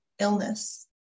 illness